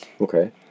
Okay